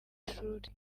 shuri